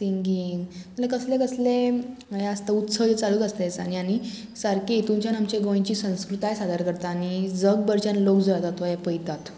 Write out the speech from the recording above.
singing कसलें कसलें हें आसता उत्सव चालूच आसता हे दिसांनी आनी सारकें हितूनच्यान आमच्या गोंयची संस्कृताय सादर करता आनी जगभरच्यान लोक जो येता तो हे पळतात